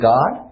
God